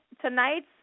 tonight's